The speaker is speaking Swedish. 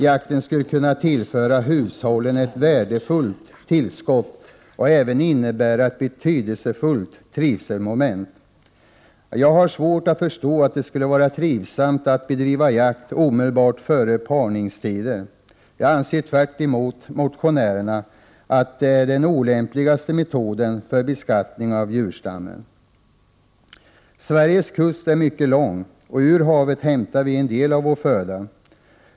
Jakten skulle kunna tillföra hushållen ett värdefullt tillskott och även innebära ett betydelsefullt trivselmoment. Jag har svårt att förstå att det skulle vara trivsamt att bedriva jakt omedelbart före parningstider. Jag anser, tvärtemot motionärernas uppfattning, att det är den olämpligaste metoden för beskattning av en djurstam. Sveriges kust är mycket lång. Ur havet hämtar vi en del av vår föda.